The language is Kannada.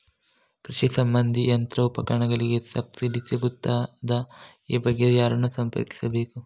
ಕೃಷಿ ಸಂಬಂಧಿ ಯಂತ್ರೋಪಕರಣಗಳಿಗೆ ಸಬ್ಸಿಡಿ ಸಿಗುತ್ತದಾ? ಈ ಬಗ್ಗೆ ಯಾರನ್ನು ಸಂಪರ್ಕಿಸಬೇಕು?